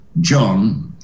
John